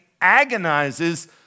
agonizes